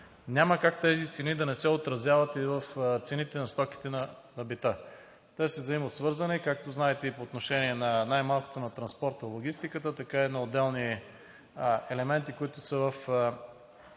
няма как тези цени да не се отразяват и в цените на стоките на бита. Те са взаимосвързани, както знаете, и по отношение най-малкото на транспорта, логистиката, така и на отделни елементи, които са в